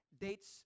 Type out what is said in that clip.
dates